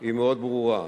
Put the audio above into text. היא מאוד ברורה,